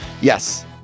Yes